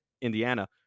Indiana